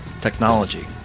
Technology